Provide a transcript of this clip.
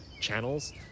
channels